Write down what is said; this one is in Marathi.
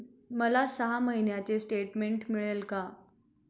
मला सहा महिन्यांचे स्टेटमेंट मिळेल का?